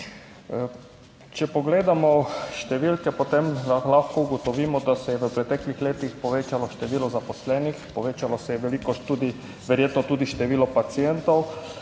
Če pogledamo številke, potem lahko ugotovimo, da se je v preteklih letih povečalo število zaposlenih, povečalo se je veliko tudi verjetno